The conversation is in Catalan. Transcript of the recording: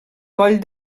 coll